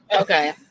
Okay